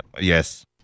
Yes